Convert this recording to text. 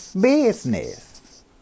business